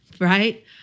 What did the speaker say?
Right